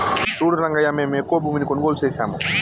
సూడు రంగయ్యా మేము ఎక్కువ భూమిని కొనుగోలు సేసాము